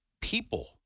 people